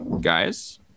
guys